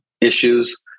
issues